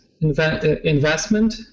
investment